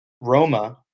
Roma